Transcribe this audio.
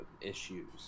issues